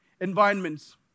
environments